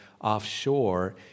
offshore